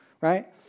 right